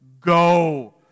go